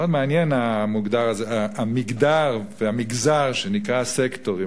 מאוד מעניין המגדר והמגזר שנקרא "הסקטורים".